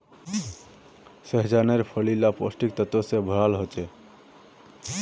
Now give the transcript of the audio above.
सह्जानेर फली ला पौष्टिक तत्वों से भराल होचे